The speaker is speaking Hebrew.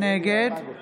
נגד